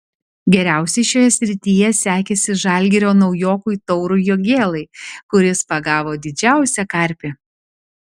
geriausiai šioje srityje sekėsi žalgirio naujokui taurui jogėlai kuris pagavo didžiausią karpį